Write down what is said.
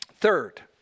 Third